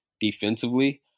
defensively